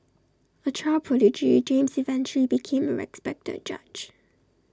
A child prodigy James eventually became A respected judge